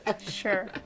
sure